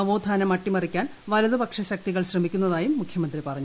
നവോത്ഥാനം അട്ടിമറിക്കാൻ കോടതി വലതുപക്ഷ ശക്തികൾ ശ്രമിക്കുന്നതായും മുഖ്യമന്ത്രി പറഞ്ഞു